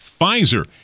Pfizer